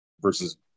versus